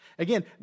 Again